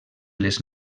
les